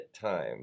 time